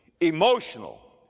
emotional